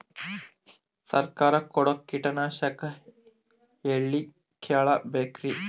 ಸರಕಾರ ಕೊಡೋ ಕೀಟನಾಶಕ ಎಳ್ಳಿ ಕೇಳ ಬೇಕರಿ?